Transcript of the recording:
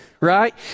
right